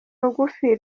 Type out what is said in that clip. rugufi